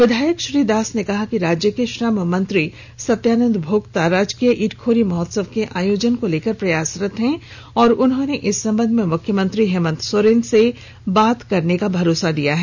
विधायक श्री दास ने कहा कि राज्य के श्रम मंत्री सत्यानंद भोक्ता राजकीय ईटखोरी महोत्सव के आयोजन को लेकर प्रयासरत हैं और उन्होंने इस संबंध में मुख्यमंत्री हेमंत सोरेन से बात करने का भरोसा दिया है